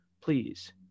please